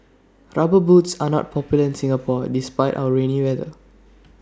rubber boots are not popular in Singapore despite our rainy weather